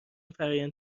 فرایند